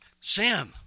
sin